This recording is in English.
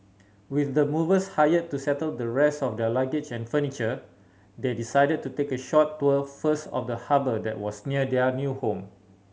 with the movers hired to settle the rest of their luggage and furniture they decided to take a short tour first of the harbour that was near their new home